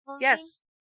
Yes